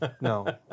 No